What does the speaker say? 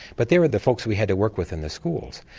but they were the folks we had to work with in the schools.